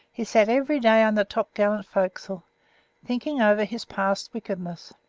he sat every day on the topgallant forecastle thinking over his past wickedness,